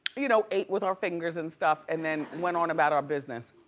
you know, ate with our fingers and stuff and then went on about our business.